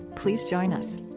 please join us